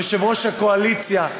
יושב-ראש הקואליציה,